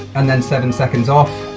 and then seven seconds off.